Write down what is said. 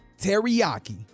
Teriyaki